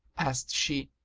asked she,